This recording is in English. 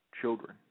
children